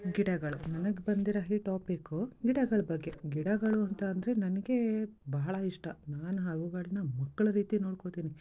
ಗಿಡಗಳು ನನಗೆ ಬಂದಿರೊ ಈ ಟಾಪಿಕ್ಕೂ ಗಿಡಗಳ ಬಗ್ಗೆ ಗಿಡಗಳು ಅಂತ ಅಂದರೆ ನನಗೆ ಬಹಳ ಇಷ್ಟ ನಾನು ಅವುಗಳ್ನ ಮಕ್ಳ ರೀತಿ ನೋಡ್ಕೊಳ್ತೀನಿ